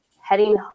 heading